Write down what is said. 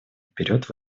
вперед